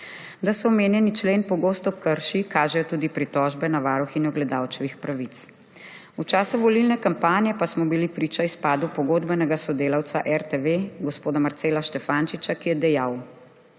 Da se omenjeni člen pogosto krši, kažejo tudi pritožbe na varuhinjo gledalčevih pravic. V času volilne kampanje pa smo bili priča izpadu pogodbenega sodelavca RTV gospoda Marcela Štefančiča, ki je dejal,